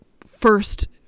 first